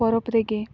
ᱯᱚᱨᱚᱵᱽ ᱨᱮᱜᱮ